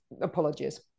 apologies